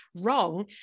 wrong